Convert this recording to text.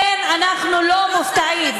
כן, אנחנו לא מופתעים.